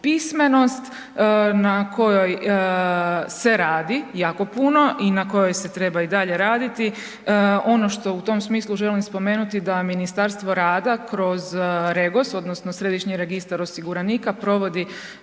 pismenost, na kojoj se radi, jako puno i na kojoj se treba i dalje raditi, ono što u tom smislu želim spomenuti da Ministarstvo rada kroz Regos, odnosno Središnji registar osiguranika provodi